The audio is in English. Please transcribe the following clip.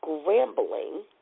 scrambling